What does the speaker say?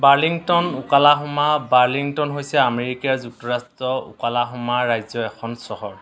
Burlington Oklahoma Burlington হৈছে America যুক্তৰাষ্ট্ৰৰ Oklahoma ৰাজ্যৰ এখন চহৰ